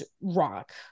rock